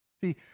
See